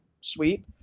sweet